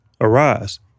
Arise